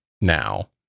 now